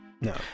No